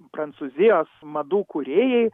prancūzijos madų kūrėjai